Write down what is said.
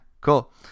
Cool